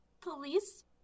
police